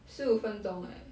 十五分钟 eh